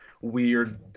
weird